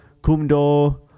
Kumdo